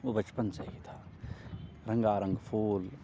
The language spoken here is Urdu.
وہ بچپن سے ہی تھا رنگا رنگ پھول